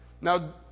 Now